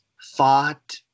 fought